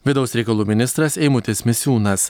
vidaus reikalų ministras eimutis misiūnas